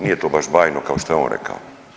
Nije to baš bajno kao što je on rekao.